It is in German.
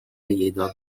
jedoch